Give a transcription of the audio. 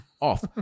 off